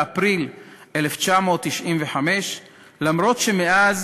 באפריל 1995. אף שמאז